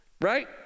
right